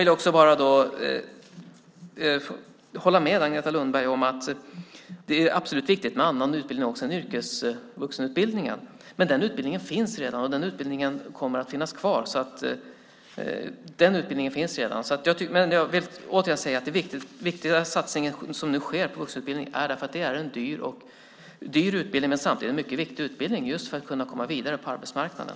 Jag håller med Agneta Lundberg om att det är viktigt även med annan utbildning än yrkesvuxenutbildningen, men den utbildningen finns redan och kommer att finnas kvar. Jag vill återigen säga att den viktiga satsning som nu sker på yrkesvuxenutbildningen görs för att det är en dyr utbildning men samtidigt en mycket viktig utbildning för att kunna komma vidare på arbetsmarknaden.